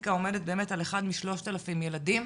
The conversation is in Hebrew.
הסטטיסטיקה עומדת על 1 מ-3,000 ילדים.